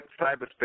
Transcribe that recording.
cyberspace